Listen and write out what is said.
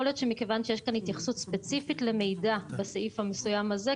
להיות שמכיוון שיש כאן התייחסות ספציפית למידע בסעיף המסוים הזה,